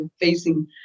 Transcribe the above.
facing